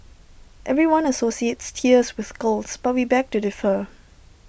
everyone associates tears with girls but we beg to differ